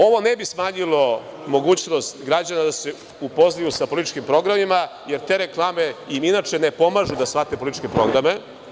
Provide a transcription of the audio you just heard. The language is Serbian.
Ovo ne bi smanjilo mogućnost građana da se upoznaju sa političkim programima, jer te reklame im inače ne pomažu da shvate političke programe.